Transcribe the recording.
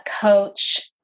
coach